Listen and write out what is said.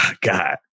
God